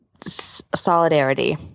solidarity